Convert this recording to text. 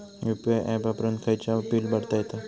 UPI app वापरून खायचाव bill भरता येता